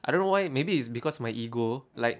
I don't know why maybe it's because my ego like